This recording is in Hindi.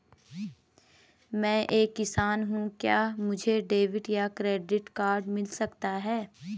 मैं एक किसान हूँ क्या मुझे डेबिट या क्रेडिट कार्ड मिल सकता है?